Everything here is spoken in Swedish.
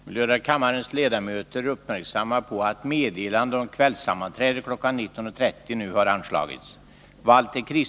Jag vill göra kammarens ledamöter uppmärksamma på att meddelande om kvällssammanträde kl. 19.30 nu har anslagits.